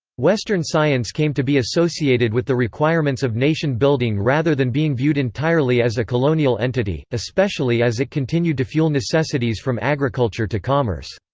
western science came to be associated with the requirements of nation building rather than being viewed entirely as a colonial entity, especially as it continued to fuel necessities from agriculture to commerce.